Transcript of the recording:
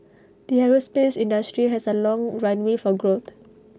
the aerospace industry has A long runway for growth